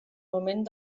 moment